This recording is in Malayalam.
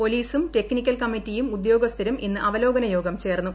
പോലീസും ടെക്നിക്കൽ കമ്മിറ്റിയും ഉദ്യോഗസ്ഥരും ഇന്ന് അവലോകനയോഗം ചേർന്നു